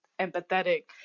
empathetic